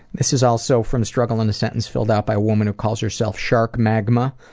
this is also from the struggle in a sentence filled out by a woman who calls herself shark magma.